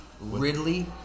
Ridley